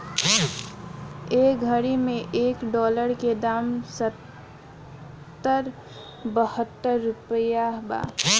ए घड़ी मे एक डॉलर के दाम सत्तर बहतर रुपइया बा